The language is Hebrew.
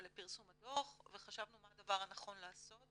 ולפרסום הדו"ח, וחשבנו מה הדבר הנכון לעשות